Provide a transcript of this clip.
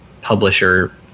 publisher